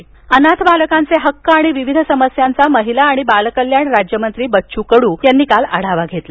कड् अनाथ बालकांचे हक्क आणि विविध समस्यांचा महिला आणि बालकल्याण राज्यमंत्री बच्चू कडू यांनी काल आढावा घेतला